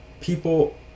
people